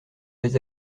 vais